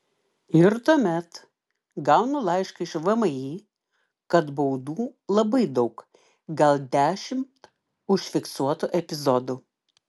ir tuomet gaunu laišką iš vmi kad baudų labai daug gal dešimt užfiksuotų epizodų